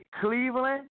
Cleveland